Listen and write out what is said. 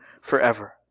forever